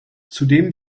zudem